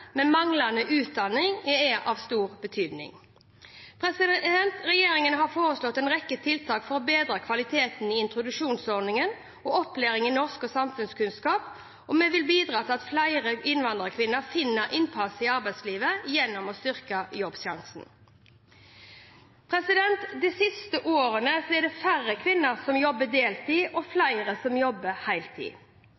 men manglende utdanning er av stor betydning. Regjeringen har foreslått en rekke tiltak for å bedre kvaliteten i introduksjonsordningen og opplæringen i norsk og samfunnskunnskap, og vi vil bidra til at flere innvandrerkvinner vinner innpass i arbeidslivet gjennom å styrke Jobbsjansen. De siste årene er det færre kvinner som jobber deltid, og